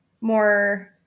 more